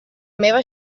meva